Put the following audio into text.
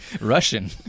Russian